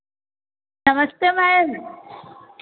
नमस्ते मैम